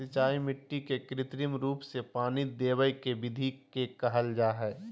सिंचाई मिट्टी के कृत्रिम रूप से पानी देवय के विधि के कहल जा हई